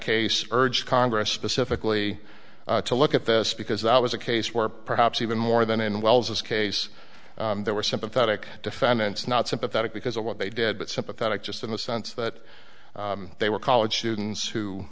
case urged congress specifically to look at this because i was a case where perhaps even more than in wells's case there were sympathetic defendants not sympathetic because of what they did but sympathetic just in the sense that they were college students who